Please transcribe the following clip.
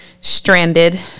stranded